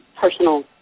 personal